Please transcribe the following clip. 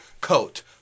coat